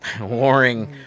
warring